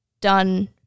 done